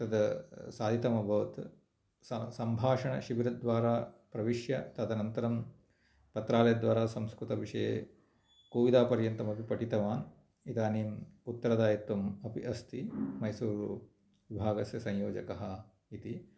तत् साधित्यम् अभवत् सम् सम्भाषणशिबिरद्वारा प्रविश्य तदनन्तरं पत्रालयद्वारा संस्कृतविषये कोविदपर्यन्तम् अपि पठितवान् इदानीम् उत्तर दायित्वम् अपि अस्ति मैसूर् विभागस्य संयोजकः इति